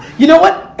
you know what,